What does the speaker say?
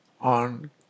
on